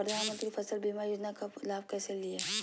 प्रधानमंत्री फसल बीमा योजना का लाभ कैसे लिये?